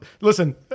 Listen